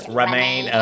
remain